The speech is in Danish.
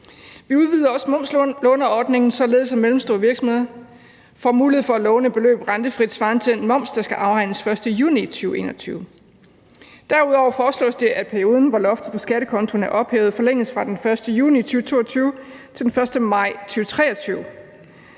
Vi udvider også momslåneordningen, således at mellemstore virksomheder får mulighed for at låne et beløb rentefrit svarende til den moms, der skal afregnes den 1. juni 2021. Derudover foreslås det, at perioden, hvor loftet på skattekontoen er ophævet, forlænges fra den 1. juni 2022 til den 1. maj 2023.